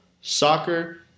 soccer